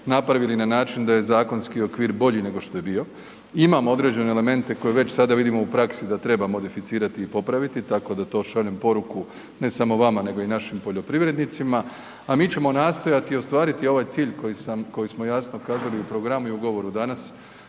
napravili na način da je zakonski okvir bolji nego što je bio. Imamo određene elemente koje već sada vidimo u praksi da treba modificirati i popraviti, tako da to šaljem poruku, ne samo vama nego i našim poljoprivrednicima, a mi ćemo nastojati ostvariti ovaj cilj koji sam, koji smo jasno kazali u programu i u govoru danas.